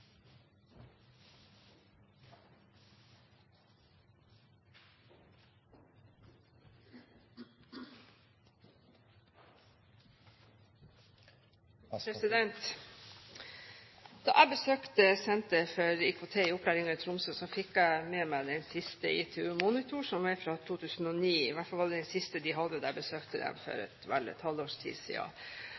Da jeg besøkte Senter for IKT i utdanningen i Tromsø, fikk jeg med meg den siste ITU Monitor, som er fra 2009 – i hvert fall var det den siste de hadde da jeg besøkte dem for vel et